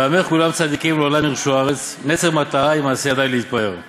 שנאמר: ועמך כלם צדיקים לעולם יירשו ארץ נצר מטעי מעשה ידי להתפאר";